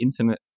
intimate